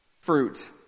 fruit